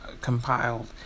compiled